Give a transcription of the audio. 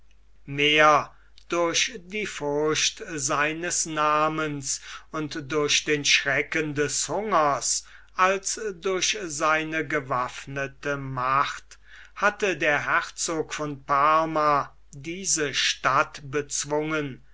mehr durch die furcht seines namens und durch den schrecken des hungers als durch seine gewaffnete macht hatte der herzog von parma diese stadt bezwungen